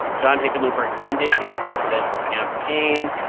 john hickenlooper ended his presidential campaign.